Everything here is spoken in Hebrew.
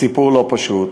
סיפור לא פשוט.